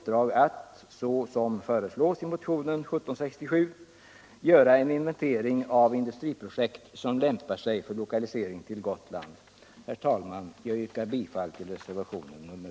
den «det ej vill röstar nej. den det ej vill röstar nej. den det ej vill röstar nej.